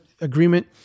agreement